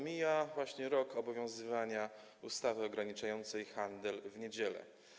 Mija właśnie rok obowiązywania ustawy ograniczającej handel w niedziele.